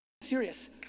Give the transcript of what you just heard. serious